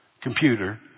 computer